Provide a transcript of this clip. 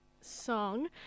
song